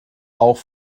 auch